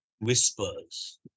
whispers